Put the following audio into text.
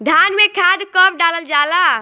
धान में खाद कब डालल जाला?